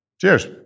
Cheers